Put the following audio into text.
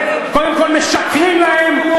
קודם כול משקרים להם,